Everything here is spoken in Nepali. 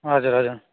हजुर हजुर